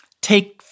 Take